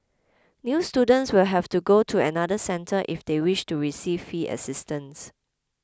new students will have to go to another centre if they wish to receive fee assistance